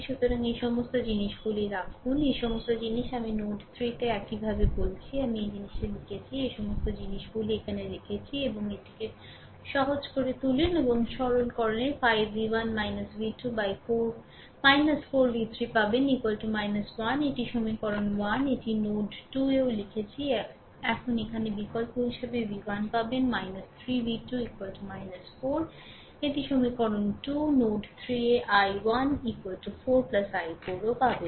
সুতরাং এই সমস্ত জিনিসগুলি রাখুন এই সমস্ত জিনিস আমি নোড 3 তে একইভাবে বলেছি আমি এই জিনিসটি লিখেছি এই সমস্ত জিনিসগুলি এখানে রেখেছি এবং এটিকে সহজ করে তুলুন এবং সরলকরণে 5 V 1 V 2 4 V 3 পাবেন 1 এটি সমীকরণ 1 এটি নোড 2 এও লিখেছি এখন এখানে বিকল্প হিসাবে V 1 পাবেন 3 V 2 4 এটি সমীকরণ 2 নোড 3 এ i 1 4 i 4ও পাবেন